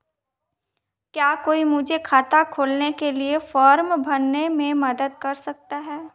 क्या कोई मुझे खाता खोलने के लिए फॉर्म भरने में मदद कर सकता है?